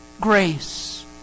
grace